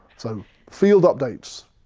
so, field updates,